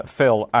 Phil